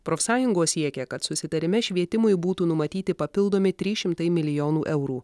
profsąjungos siekia kad susitarime švietimui būtų numatyti papildomi trys šimtai milijonų eurų